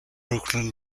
brooklyn